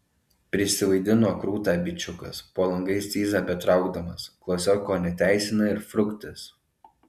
prisivaidino krūtą bičiukas po langais cyzą betraukdamas klasioko neteisina ir fruktas